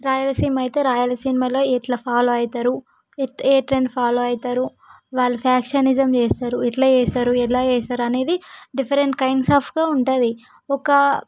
ఒక రాయలసీమ అయితే రాయలసీమలో ఎట్లా ఫాలో అవుతారు ఏ ట్రెండ్ ఫాలో అవుతారు వాళ్ళు ఫ్యాక్షనిజం చేస్తారు ఎట్లా చేస్తారు ఎలా చేస్తారు అనేది డిఫరెంట్ కైండ్స్ ఆఫ్గా ఉంటుంది ఒక